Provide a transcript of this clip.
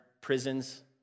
prisons